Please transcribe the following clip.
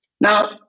Now